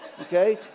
okay